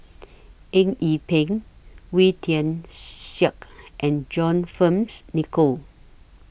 Eng Yee Peng Wee Tian Siak and John Fearns Nicoll